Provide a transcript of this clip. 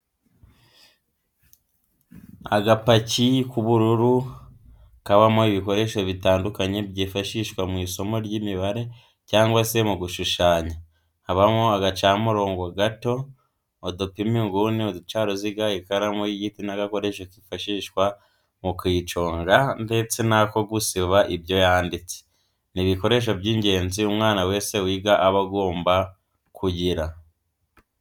Agapaki k'ubururu kabamo ibikoresho bitandukanye byifashishwa mw'isomo ry'imibare cyangwa se mu gushushanya habamo agacamurobo gato, udupima inguni, uducaruziga ,ikaramu y'igiti n'agakoresho kifashishwa mu kuyiconga ndetse n'ako gusiba ibyo yanditse, ni ibikoresho by'ingenzi umwana wese wiga aba agomba kugira.